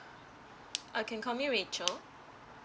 uh can call me rachel